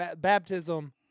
baptism